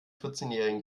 vierzehnjährigen